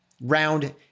round